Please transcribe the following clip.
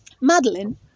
Madeline